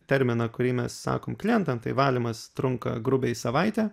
terminą kurį mes sakom klientam tai valymas trunka grubiai savaitę